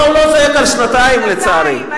לא, הוא לא זועק כאן שנתיים, לצערי.